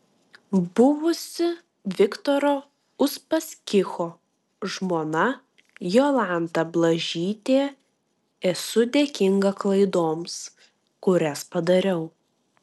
buvusi viktoro uspaskicho žmona jolanta blažytė esu dėkinga klaidoms kurias padariau